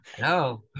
No